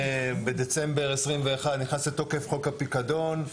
בדצמבר 2021 נכנס לתוקף חוק הפיקדון.